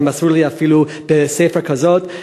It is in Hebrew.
הם מסרו לי אפילו בספר כזה,